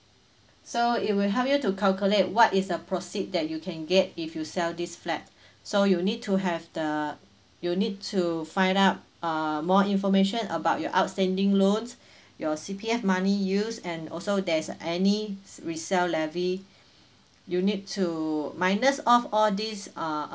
so it will help you to calculate what is the proceed that you can get if you sell this flat so you need to have the you need to find out err more information about your outstanding loans your C_P_F money use and also there's any s~ resale levy you need to minus off all these err